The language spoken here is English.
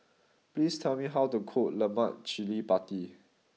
please tell me how to cook Lemak Cili Padi